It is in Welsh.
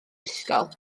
ysgol